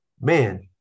man